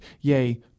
yea